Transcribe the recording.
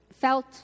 felt